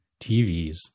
TVs